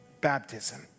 baptism